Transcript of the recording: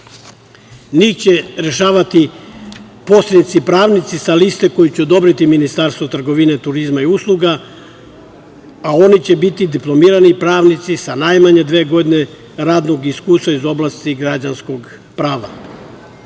Njih će rešavati posrednici pravnici sa liste koju će odobriti Ministarstvo trgovine, turizma i usluga, a oni će biti diplomirani pravnici sa najmanje dve godine radnog iskustva iz oblasti građanskog